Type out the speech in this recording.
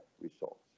results